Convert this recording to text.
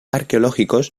arqueológicos